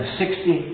sixty